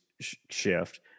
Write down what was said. shift